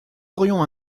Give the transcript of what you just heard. aurions